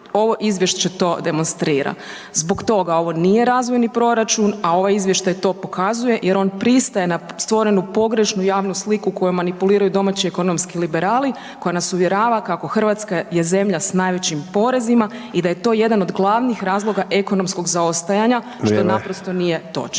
ovo izvješće to demonstrira. Zbog toga, ovo nije razvojni proračun a ovaj izvještaj to pokazuje jer on pristaje na stvorenu pogrešnu javnu sliku koju manipuliraju domaći ekonomski liberali koji nas uvjerava kako Hrvatska je zemlja s najvećim porezima i da je to jedan od glavnih razloga ekonomskog zaostajanja što naprosto nije točno.